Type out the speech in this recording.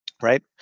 right